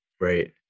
Right